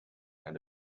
and